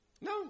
No